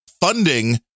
funding